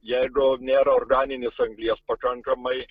jeigu nėra organinės anglies pakankamai